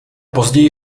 později